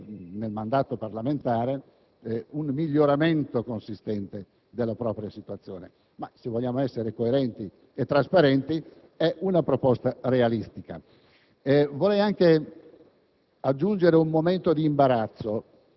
soprattutto per chi vede nel mandato parlamentare un miglioramento della propria situazione, ma se vogliamo essere trasparenti e coerenti è una proposta realistica.